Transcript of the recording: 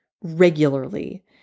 regularly